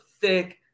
Thick